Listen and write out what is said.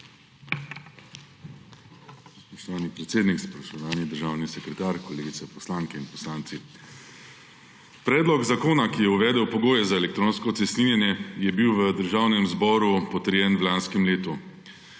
Spoštovani predsednik, spoštovani državni sekretar, kolegice poslanke in poslanci! Predlog zakona, ki je uvedel pogoje za elektronsko cestninjenje, je bil v Državnem zboru potrjen v lanskem letu.